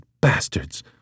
bastards